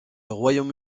royaume